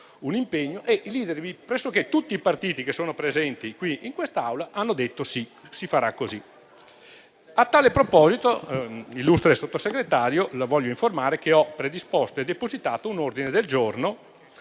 un impegno e *leader* di pressoché tutti i partiti presenti in quest'Aula hanno risposto di sì e detto che si farà così. A tale proposito, illustre Sottosegretario, la voglio informare che ho predisposto e depositato un ordine del giorno